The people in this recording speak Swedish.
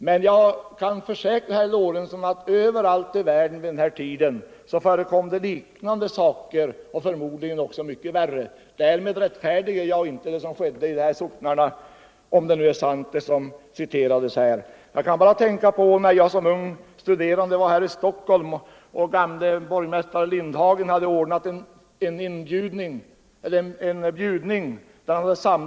Men jag kan försäkra herr Lorentzon att det överallt i världen vid den tiden förekom liknande och förmodligen ännu värre händelser. Därmed rättfärdigar jag inte vad som skedde i de socknarna - om det nu är sant vad som här citerades. I detta sammanhang tänker jag på hur det var när jag som ung studerande befann mig här i Stockholm och gamle borgmästare Lindhagen hade ordnat en bjudning där han samlade människor från Balticum.